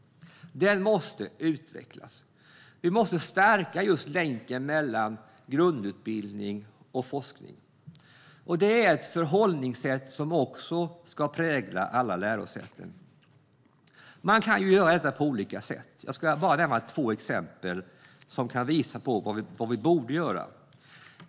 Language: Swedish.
Den måste utvecklas. Vi måste stärka länken mellan grundutbildning och forskning. Det är ett förhållningssätt som ska prägla alla lärosäten. Man kan göra detta på flera olika sätt. Jag ska nämna två exempel som kan visa på vad vi borde göra.